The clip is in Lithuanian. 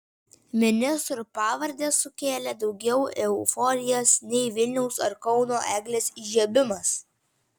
ministrų pavardės sukėlė daugiau euforijos nei vilniaus ar kauno eglės įžiebimas